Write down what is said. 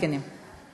מעדכנים.